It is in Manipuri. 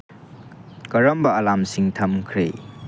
ꯀꯔꯝꯕ ꯑꯂꯥꯝꯁꯤꯡ ꯊꯝꯈ꯭ꯔꯦ